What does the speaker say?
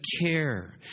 care